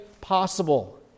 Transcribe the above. possible